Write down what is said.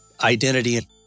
identity